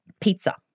pizza